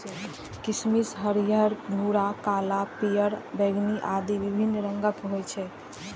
किशमिश हरियर, भूरा, काला, पीयर, बैंगनी आदि विभिन्न रंगक होइ छै